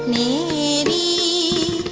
e